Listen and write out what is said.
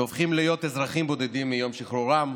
שהופכים להיות אזרחים בודדים מיום שחרורם,